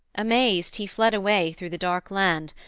amazed he fled away through the dark land,